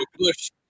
push